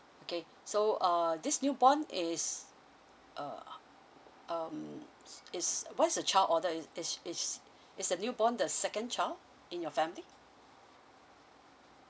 okay so uh this newborn is uh um is what is the child order is is is is the newborn the second child in your family